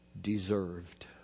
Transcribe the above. deserved